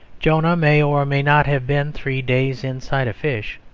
jonah may or may not have been three days inside a fish,